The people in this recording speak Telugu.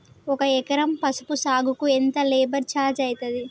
ఒక ఎకరం పసుపు సాగుకు ఎంత లేబర్ ఛార్జ్ అయితది?